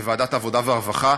בוועדת העבודה והרווחה,